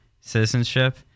citizenship